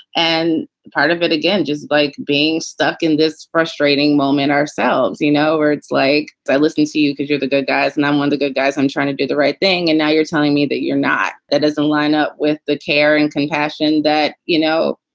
and part of it, again, just like being stuck in this frustrating moment ourselves, you know, words like listening to you because you're the good guys and i'm one of the good guys. i'm trying to do the right thing. and now you're telling me that you're not. that doesn't line up with the care and compassion that, you know,